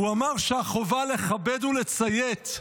הוא אמר שהחובה לכבד ולציית,